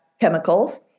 chemicals